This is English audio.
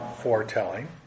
foretelling